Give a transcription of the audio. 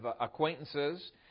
acquaintances